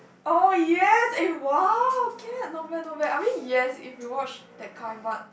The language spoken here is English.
oh yes eh !wow! okay ah not bad not bad I mean yes if you watch that kind but